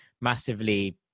massively